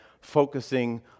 focusing